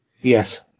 yes